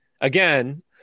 again